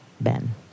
Ben